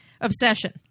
Obsession